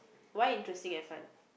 why interesting and fun